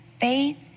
Faith